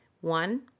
one